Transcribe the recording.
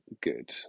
good